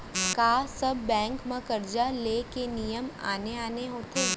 का सब बैंक म करजा ले के नियम आने आने होथे?